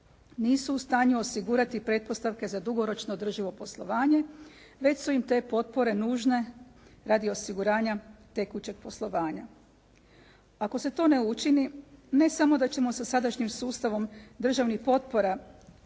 nisu u stanju osigurati pretpostavke za dugoročno održivo poslovanje, već su im te potpore nužne radi osiguranja tekućeg poslovanja. Ako se to ne učini, ne samo da ćemo se sa sadašnjim sustavom državnih potpora